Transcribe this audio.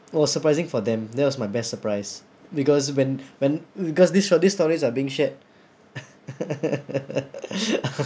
it was surprising for them that was my best surprise because when when because this sto~ this stories are being shared